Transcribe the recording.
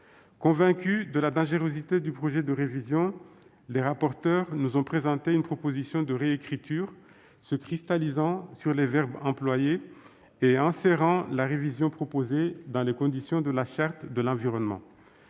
Convaincus de la dangerosité du projet de révision, les rapporteurs nous ont présenté une proposition de réécriture, se cristallisant sur les verbes employés et enserrant la révision proposée dans les conditions de la Charte de l'environnement.